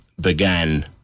began